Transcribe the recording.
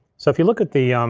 so if you look at the um